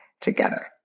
together